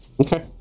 Okay